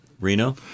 Reno